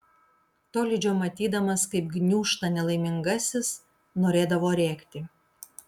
tolydžio matydamas kaip gniūžta nelaimingasis norėdavo rėkti